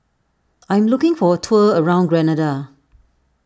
I am looking for a tour around Grenada